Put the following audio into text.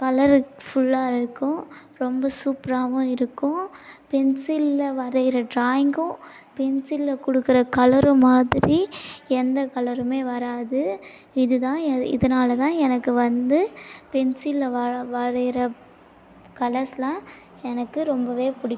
கலருஃபுல்லாக இருக்கும் ரொம்ப சூப்பராகவும் இருக்கும் பென்சில்ல வரைகிற ட்ராயிங்கும் பென்சில்ல கொடுக்குற கலரும் மாதிரி எந்த கலருமே வராது இதுதான் இதனாலதான் எனக்கு வந்து பென்சில்ல வர வரைகிற கலர்ஸ்லாம் எனக்கு ரொம்பவே பிடிக்